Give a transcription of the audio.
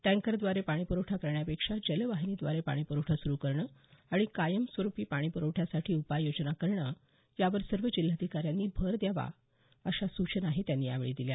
टँकरद्वारे पाणी प्रवठा करण्यापेक्षा जलवाहिनीद्वारे पाणी पुरवठा सुरु करणं आणि कायम स्वरुपी पाणी प्रवठ्यासाठी उपाययोजना करणं यावर सर्व जिल्हाधिकाऱ्यांनी भर द्यावा अशा सूचनाही त्यांनी यावेळी दिल्या